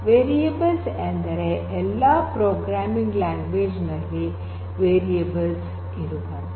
variables ಎಂದರೆ ಎಲ್ಲಾ programming language ನಲ್ಲಿ ವೇರಿಯೇಬಲ್ಸ್ ಇರುವಂತೆ